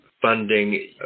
funding